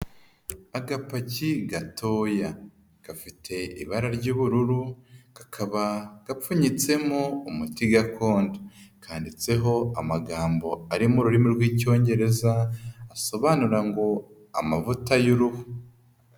Agapaki gatoya, gafite ibara ry'ubururu, kakaba gapfunyitsemo umuti gakondo. Kanditseho amagambo ari mu ururimi rw'Icyongereza, asobanura ngo: "Amavuta y'uruhu."